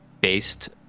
based